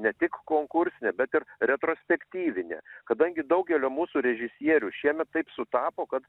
ne tik konkursinė bet ir retrospektyvinė kadangi daugelio mūsų režisierių šiemet taip sutapo kad